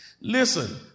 Listen